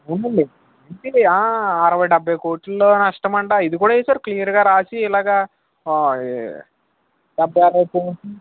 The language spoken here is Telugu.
అవునండి అరవై డెబ్బై కోట్లల్లో నష్టమంట ఇదికూడా వేశారు క్లియర్గా రాసి ఇలాగ